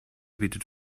bietet